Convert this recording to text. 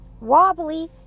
wobbly